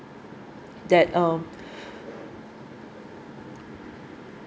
that um